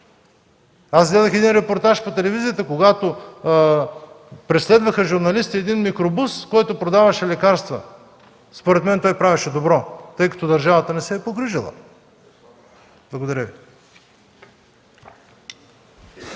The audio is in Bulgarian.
Гледах репортаж по телевизията, когато журналисти преследваха един микробус, който продаваше лекарства. Според мен той правеше добро, тъй като държавата не се е погрижила. Благодаря Ви.